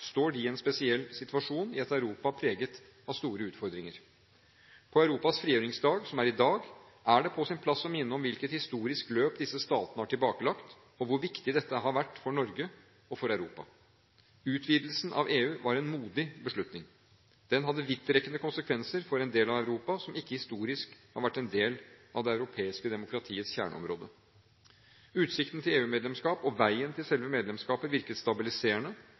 står de i en spesiell situasjon i et Europa preget av store utfordringer. På Europas frigjøringsdag, som er i dag, er det på sin plass å minne om hvilket historisk løp disse statene har tilbakelagt, og hvor viktig dette har vært for Norge og for Europa. Utvidelsen av EU var en modig beslutning. Den hadde vidtrekkende konsekvenser for en del av Europa som ikke historisk har vært en del av det europeiske demokratiets kjerneområde. Utsikten til EU-medlemskap og veien til selve medlemskapet virket stabiliserende